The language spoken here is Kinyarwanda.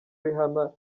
rihanna